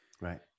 Right